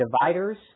dividers